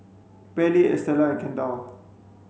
Pairlee Estela and Kendall